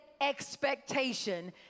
expectation